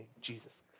Jesus